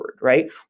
right